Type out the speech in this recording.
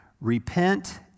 Repent